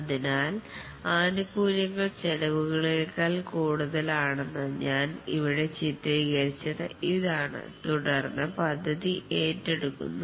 അതിനാൽ ആനുകൂല്യങ്ങൾ ചെലവുകളെകാൾ കൂടുതലാണെന്ന് ഞാൻ ഇവിടെ ചിത്രീകരിച്ചത് ഇതാണ് തുടർന്ന് പദ്ധതി ഏറ്റെടുക്കുന്നു